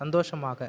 சந்தோஷமாக